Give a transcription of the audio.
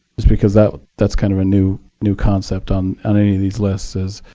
just because ah that's kind of a new new concept on on any of these lists is,